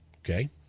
Okay